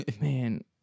Man